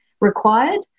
required